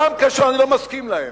גם כאשר אני לא מסכים להם.